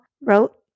wrote